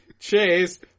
Cheers